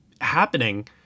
happening –